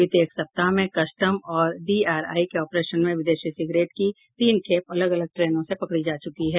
बीते एक सप्ताह में कस्टम और डीआरआई के ऑपरेशन में विदेशी सिगरेट की तीन खेप अलग अलग ट्रेनों से पकड़ी जा चुकी है